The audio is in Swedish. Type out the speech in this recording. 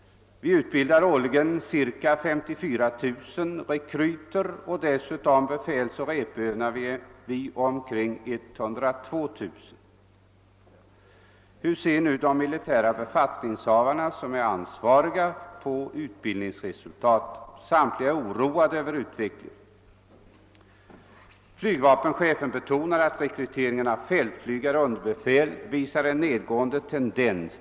Årligen utbildas cirka 54000 rekryter, och dessutom befälsoch repövar omkring 102 000 man. Hur ser nu de ansvariga militära befattningshavarna på utbildningsresultatet? Samtliga är oroade över utvecklingen. Flygvapenchefen betonar att rekryteringen av fältflygare och underbefäl visar en nedåtgående tendens.